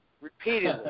repeatedly